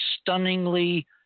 stunningly